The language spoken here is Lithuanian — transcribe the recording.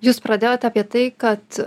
jūs pradėjote apie tai kad